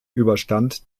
überstand